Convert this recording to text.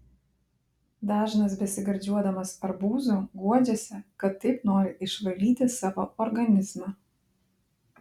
dažnas besigardžiuodamas arbūzu guodžiasi kad taip nori išvalyti savo organizmą